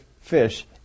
fish